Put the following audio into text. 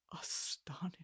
Astonished